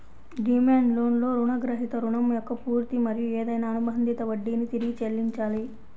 demand లోన్లో రుణగ్రహీత రుణం యొక్క పూర్తి మరియు ఏదైనా అనుబంధిత వడ్డీని తిరిగి చెల్లించాలి